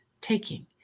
taking